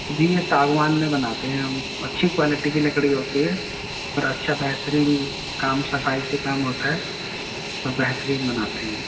جی یہ ساگوان میں بناتے ہیں ہم اچھی کوالٹی کی لکڑی ہوتی ہے اور اچھا بہترین کام صفائی سے کام ہوتا ہے اور بہترین بناتے ہیں